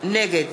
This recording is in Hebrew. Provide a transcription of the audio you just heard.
נגד